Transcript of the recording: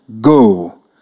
Go